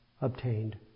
obtained